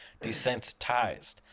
desensitized